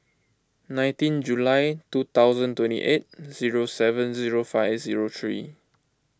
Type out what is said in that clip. nineteen July two thousand twenty eight zero seven zero five zero three